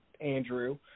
Andrew